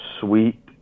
sweet